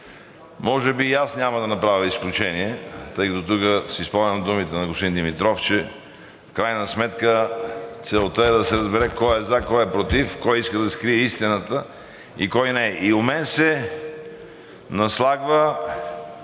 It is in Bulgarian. Може би и аз няма да направя изключение, тъй като тук си спомням думите на господин Димитров, че в крайна сметка целта е да се разбере кой е за, кой е против, кой иска да скрие истината и кой – не. У мен се наслагва